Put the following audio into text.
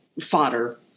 fodder